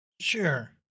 sure